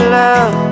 love